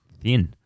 thin